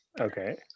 Okay